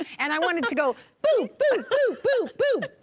and i want it to go boop-boop-boop boop-boop-booooop.